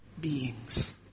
beings